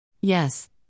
Yes